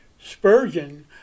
Spurgeon